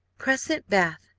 crescent, bath,